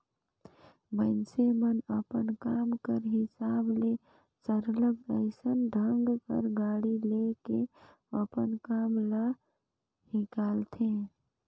मइनसे मन अपन काम कर हिसाब ले सरलग अइसन ढंग कर गाड़ी ले के अपन काम ल हिंकालथें